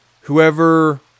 whoever